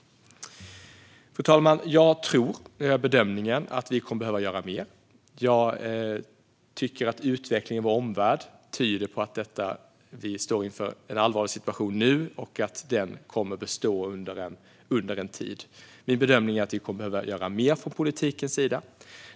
Fru talman! Jag tror och gör bedömningen att vi kommer att behöva göra mer. Jag tycker att utvecklingen i vår omvärld tyder på att vi står inför en allvarlig situation nu och att den kommer att bestå under en tid. Min bedömning är att vi kommer att behöva göra mer från politikens sida.